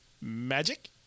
Magic